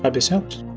but this helps!